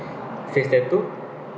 face tattoo